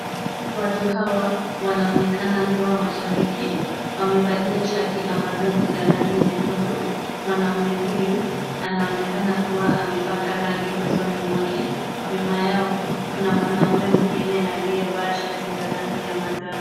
Watu hawa wanaonekana kuwa mashabiki. Wamevalia shati ambazo ni za rangi nyekundu. Mwanaume huyu anaonekana kuwa amepaka rangi usoni mwake. Nyuma yao kuna mwanaume mwingine aliyevaa shati ya rangi ya manjano.